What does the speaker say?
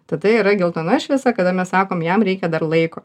tada yra geltona šviesa kada mes sakom jam reikia dar laiko